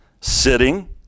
sitting